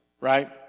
right